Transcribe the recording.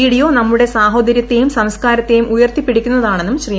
video നമ്മുടെ സാഹോദര്യത്തെയും സംസ്ക്കാരത്തെയും ഉയർത്തിപ്പിടിക്കുന്നതാണെന്നും ശ്രീ